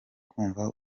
kumva